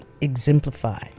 exemplify